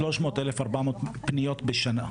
1300, 1400 פניות בשנה.